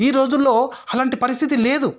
ఈ రోజుల్లో అలాంటి పరిస్థితి లేదు